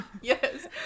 yes